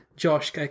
Josh